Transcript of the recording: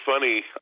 funny